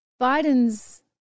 Biden's